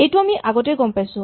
এইটো আমি আগতেই গম পাইছো